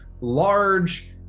large